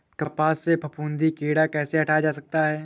कपास से फफूंदी कीड़ा कैसे हटाया जा सकता है?